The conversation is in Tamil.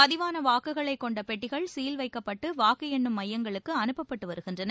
பதிவான வாக்குகளைக் கொண்ட பெட்டிகள் சீல் வைக்கப்பட்டு வாக்கு எண்ணும் மையங்களுக்கு அனுப்பப்பட்டு வருகின்றன